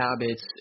habits